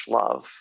love